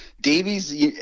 davies